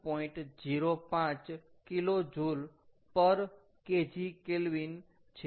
05 kilojoule પર KG kelvin છે